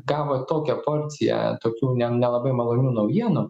gavo tokią porciją tokių ne nelabai malonių naujienų